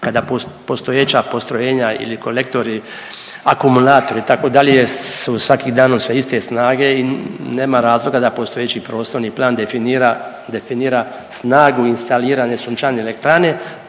kada postojeća postrojenja ili kolektori, akumulatori itd. su svakim danom sve iste snage i nema razloga da postojeći prostorni plan definira, definira snagu instalirane sunčane elektrane,